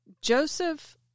Joseph